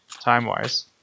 time-wise